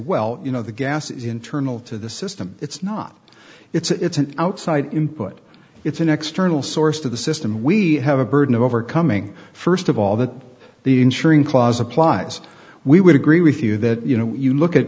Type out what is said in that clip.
well you know the gas is internal to the system it's not it's an outside input it's an external source to the system we have a burden of overcoming first of all that the insuring clause applies we would agree with you that you know you look at